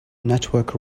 network